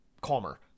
calmer